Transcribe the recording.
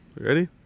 Ready